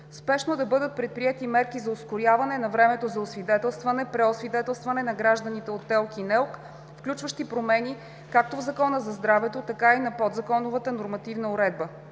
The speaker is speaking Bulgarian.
Спешно да бъдат предприети мерки за ускоряване на времето за освидетелстване и преосвидетелстване на гражданите от ТЕЛК и НЕЛК, включващи промени както в Закона за здравето, така и на подзаконовата нормативна уредба;